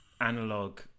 analog